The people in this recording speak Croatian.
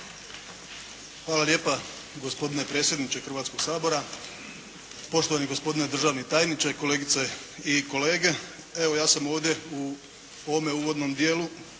Hvala lijepa gospodine predsjedniče Hrvatskog sabora, poštovani gospodine državni tajniče, kolegice i kolege. Evo ja sam ovdje u ovome uvodnom dijelu